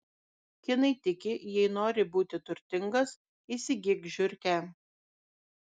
kinai tiki jei nori būti turtingas įsigyk žiurkę